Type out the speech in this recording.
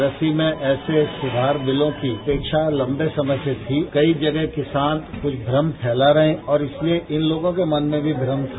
कृषि में ऐसे सुधार बिलों की अपेक्षा लंबे समय से थी कई जगह किसान कुछ भ्रम फैला रहे हैं और इसलिये इन लोगों के मन में भी भ्रम था